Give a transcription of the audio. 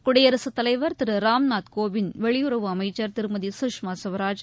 குடியரசுத் தலைவர் திரு ராம்நாத் கோவிந்த் வெளியுறவு அமைச்சர் திருமதி குஷ்மா சுவராஜ்